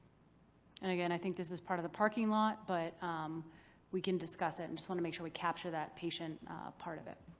and again, i think this is part of the parking lot, but we can discuss it. i just want to make sure we capture that patient part of it.